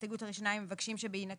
בהסתייגות הראשונה הם מבקשים שבהינתן